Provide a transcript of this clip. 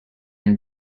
and